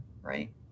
right